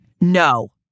No